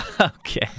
Okay